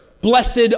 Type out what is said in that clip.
blessed